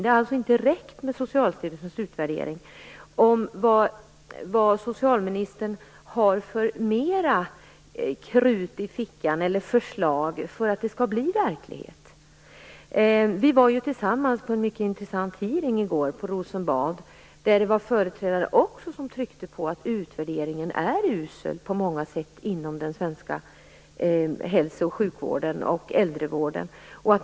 Det har inte räckt med Socialstyrelsens utvärdering. Vad har socialministern mer för krut i fickan, eller förslag, för att de skall bli verklighet? Vi var i går tillsammans på en mycket intressant hearing på Rosenbad där företrädare betonade att utvärderingen på många sätt är usel inom den svenska hälso och sjukvården och äldrevården.